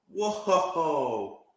Whoa